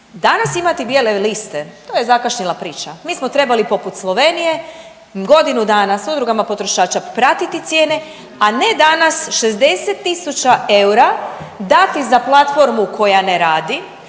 Danas imati bijele liste, to je zakašnjela priča. Mi smo trebali poput Slovenije godinu dana s udrugama potrošača pratiti cijene, a ne danas 60 tisuća eura dati za platformu koja ne radi,